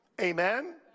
Amen